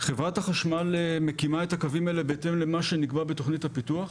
חברת החשמל מקימה את הקווים האלה בהתאם למה שנקבע בתכנית הפיתוח,